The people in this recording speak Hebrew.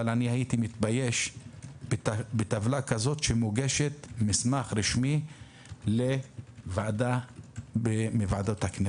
אבל הייתי מתבייש בטבלה כזאת שמוגשת כמסמך רשמי לוועדת הכנסת.